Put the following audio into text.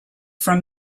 from